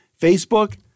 Facebook